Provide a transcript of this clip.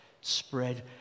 spread